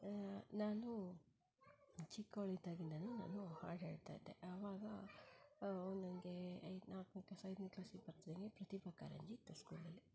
ನಾನು ಚಿಕ್ಕೋಳಿದ್ದಾಗಿಂದನೂ ನಾನು ಹಾಡು ಹೇಳ್ತಾ ಇದ್ದೆ ಆವಾಗ ನನಗೆ ಐದು ನಾಲ್ಕನೇ ಕ್ಲಾಸ್ ಐದನೇ ಕ್ಲಾಸ್ ಇಪ್ಪತ್ತಿಗೆ ಪ್ರತಿಭಾಕಾರಂಜಿ ಇತ್ತು ಸ್ಕೂಲಲ್ಲಿ